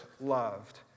loved